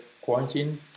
quarantine